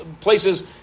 places